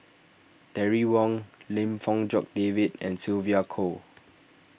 Terry Wong Lim Fong Jock David and Sylvia Kho